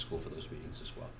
school for those reasons as well